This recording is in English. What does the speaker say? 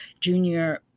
junior